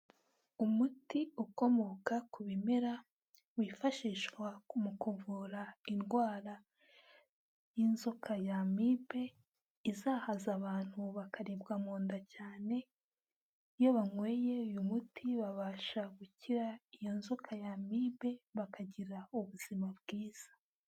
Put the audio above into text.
Umuti ukomoka ku bimera wifashishwa mu kuvura indwara y'inzoka ya amibe izahaza abantu bakaribwa mu nda cyane, iyo banyweye uyu muti babasha gukira iyo nzoka ya amibe bakagira ubuzima bwiza.